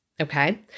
Okay